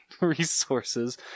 resources